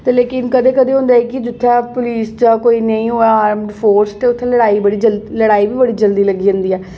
ते लेकिन कदें कदें होंदा ऐ कि जित्थै पुलस चा कोई निं होऐ आर्मड फोर्स ते उत्थै लड़ाई बी बड़ी जल्दी लड़ाई बी बड़ी जल्दी लग्गी जंदी ऐ